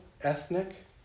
ethnic